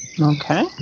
Okay